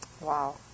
Wow